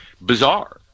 bizarre